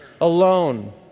alone